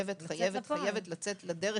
חייבת לצאת לדרך.